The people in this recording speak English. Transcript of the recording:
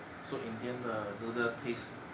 so in the end the noodle taste